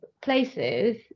places